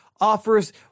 offers